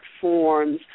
forms